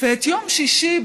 ויום שישי,